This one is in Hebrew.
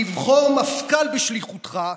לבחור מפכ"ל בשליחותך,